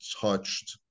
touched